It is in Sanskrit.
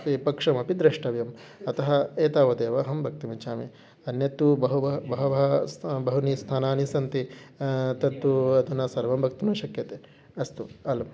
पिपक्ष अपि द्रष्टव्यम् अतः एतावदेव अहं वक्तुम् इच्छामि अन्यत् तु बहव बहवः स्ता बहूनि स्थानानि सन्ति तत्तु अधुना सर्वं वक्तुं न शक्यते अस्तु अलम्